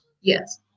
Yes